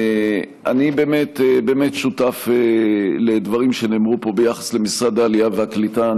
אני באמת שותף לדברים שנאמרו פה ביחס למשרד העלייה והקליטה.